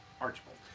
Archibald